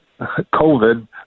covid